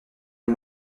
les